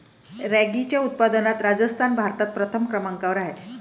रॅगीच्या उत्पादनात राजस्थान भारतात प्रथम क्रमांकावर आहे